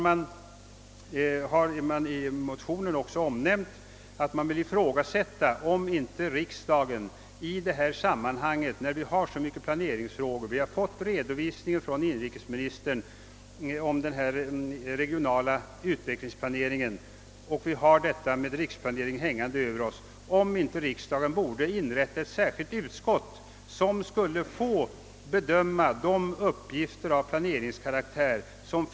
I motionen ifrågasätter man också om inte riksdagen i detta sammanhang borde inrätta ett särskilt utskott för att bedöma de uppgifter av planeringskaraktär som behandlas inom olika departement. Vi har ju fått en redovisning från inrikesministern om den regionala utvecklingsplaneringen, och vi har riksplaneringen framför oss.